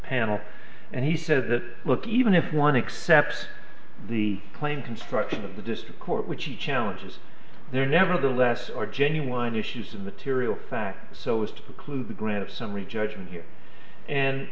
panel and he said that look even if one except the plane construction of the district court which he challenges there nevertheless are genuine issues in the tiriel so as to preclude the grant of summary judgment here and